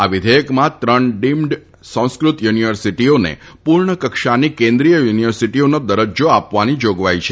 આ વિઘેયકમાં ત્રણ ડિમ્ડ સંસ્કૃત યુનિવર્સિટીઓને પુર્ણ કક્ષાની કેન્દ્રીય યુનિવર્સિટીઓનો દરજ્જો આપવાની જોગવાઈ છે